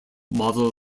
model